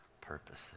purposes